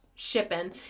shipping